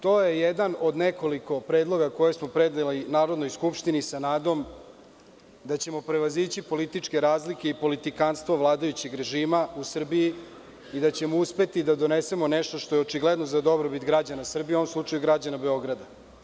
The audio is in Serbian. To je jedan od nekoliko predloga koje smo predali Narodnoj skupštini sa nadom da ćemo prevazići političke razlike i politikanstvo vladajućeg režima u Srbiji i da ćemo uspeti da donesemo nešto što je očigledno za dobrobit građana Srbije, u ovom slučaju građana Beograda.